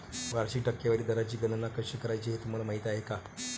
वार्षिक टक्केवारी दराची गणना कशी करायची हे तुम्हाला माहिती आहे का?